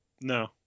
No